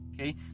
Okay